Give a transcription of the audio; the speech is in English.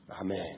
Amen